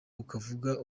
ukavuga